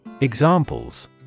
Examples